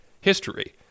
history